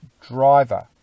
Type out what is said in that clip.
driver